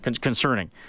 concerning